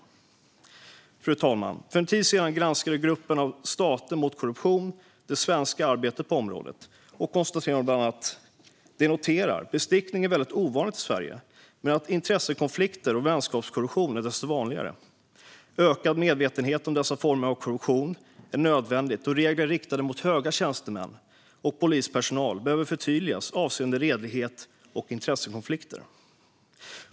Fru talman! För en tid sedan granskade Gruppen av stater mot korruption det svenska arbetet på området och noterade då att bestickning är väldigt ovanligt i Sverige men att intressekonflikter och vänskapskorruption är desto vanligare. Gruppen menade att medvetenhet om dessa former av korruption är nödvändig och att regler riktade mot höga tjänstemän och polispersonal behöver förtydligas avseende redlighet och intressekonflikter.